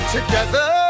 Together